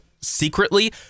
secretly